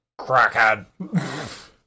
Crackhead